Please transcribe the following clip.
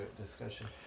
discussion